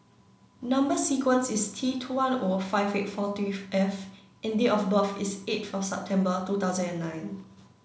number sequence is T two one O five eight four three F and date of birth is eight for September two thousand nine